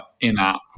in-app